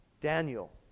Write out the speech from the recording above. Daniel